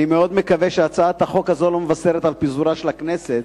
אני מאוד מקווה שהצעת החוק הזאת לא מבשרת על פיזורה של הכנסת.